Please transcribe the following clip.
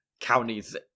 Counties